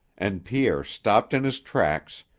and pierre stopped in his tracks,